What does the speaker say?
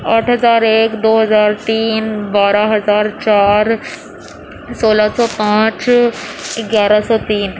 آٹھ ہزار ایک دو ہزار تین بارہ ہزار چار سولہ سو پانچ گیارہ سو تین